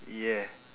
ya